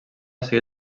seguir